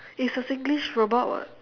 it's a singlish robot [what]